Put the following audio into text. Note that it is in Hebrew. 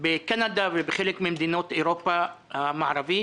בקנדה ובחלק מאירופה המערבית